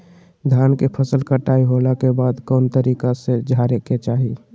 धान के फसल कटाई होला के बाद कौन तरीका से झारे के चाहि?